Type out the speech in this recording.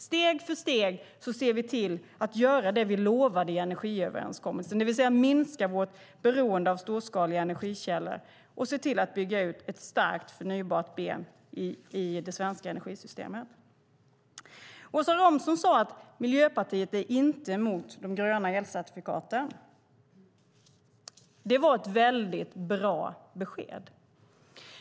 Steg för steg ser vi till att göra det vi lovade i energiöverenskommelsen, det vill säga minskar vårt beroende av storskaliga energikällor och ser till att bygga ut ett starkt förnybart ben i det svenska energisystemet. Åsa Romson sade att Miljöpartiet inte är emot de gröna elcertifikaten. Det var ett mycket bra besked.